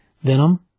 Venom